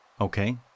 Okay